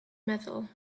metal